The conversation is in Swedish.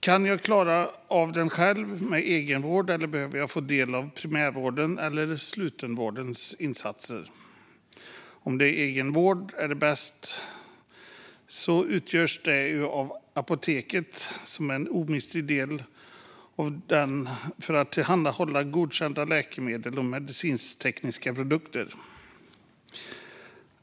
Kan jag klara av det själv med hjälp av egenvård, eller behöver jag få del av primärvårdens eller slutenvårdens insatser? Om det är egenvård som är bäst är apoteken en omistlig del i fråga om att tillhandahålla godkända läkemedel och medicintekniska produkter.